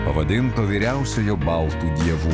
pavadinto vyriausiojo baltų dievų